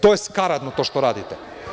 To je skaradno to što radite.